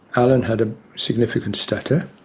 alan had a significant stutter.